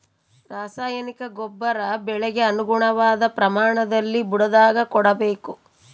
ರಾಸಾಯನಿಕ ಗೊಬ್ಬರ ಬೆಳೆಗೆ ಅನುಗುಣವಾದ ಪ್ರಮಾಣದಲ್ಲಿ ಬುಡದಾಗ ಕೊಡಬೇಕು